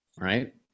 Right